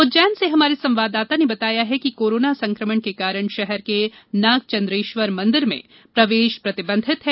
उज्जैन से हमारे संवाददाता ने बताया है कि कोरोना संकमण के कारण शहर के नागचंद्रेश्वर मंदिर में प्रवेश प्रतिबंधित है